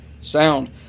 sound